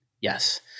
Yes